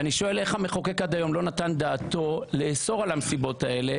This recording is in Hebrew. ואני שואל: איך המחוקק עד היום לא נתן דעתו לאסור על המסיבות האלה,